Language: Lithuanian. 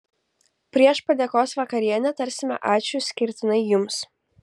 prieš padėkos vakarienę tarsime ačiū išskirtinai jums